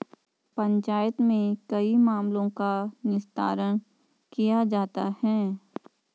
पंचायत में कई मामलों का निस्तारण किया जाता हैं